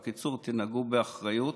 בקיצור, תנהגו באחריות,